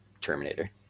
Terminator